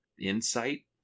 insight